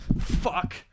fuck